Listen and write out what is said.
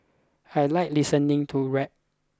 I like listening to rap